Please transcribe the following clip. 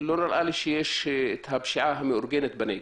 ולא נראה לי שיש פשיעה מאורגנת בנגב,